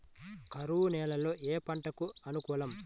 కరువు నేలలో ఏ పంటకు అనుకూలం?